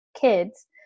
kids